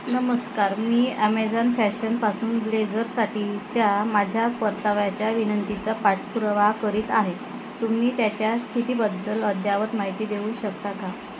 नमस्कार मी ॲमेझॉन फॅशनपासून ब्लेझरसाठीच्या माझ्या परताव्याच्या विनंतीचा पाठपुरावा करीत आहे तुम्ही त्याच्या स्थितीबद्दल अद्ययावत माहिती देऊ शकता का